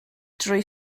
drwy